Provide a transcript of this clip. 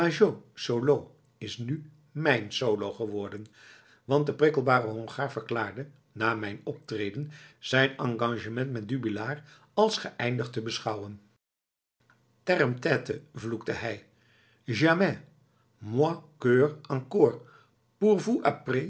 solo is nu mijn solo geworden want de prikkelbare hongaar verklaarde na mijn optreden zijn engagement met dubillard als geëindigd te beschouwen terrèmtètè vloekte hij